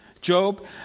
Job